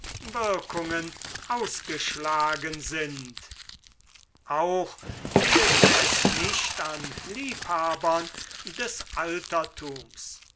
wirkungen ausgeschlagen sind auch fehlte es nicht an liebhabern des altertums